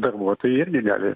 darbuotojai irgi gali